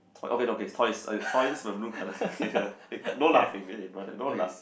okay okay toys uh toys with blue colour eh no laughing eh brother no laughing